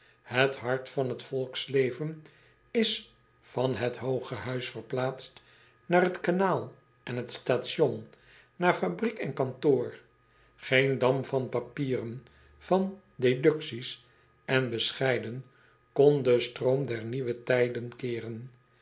et hart van het volksleven is van het hooge huis verplaatst naar t kanaal en t station naar fabriek en kantoor een dam van papieren van deducties en bescheiden kon den stroom der nieuwe tijden keeren